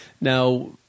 Now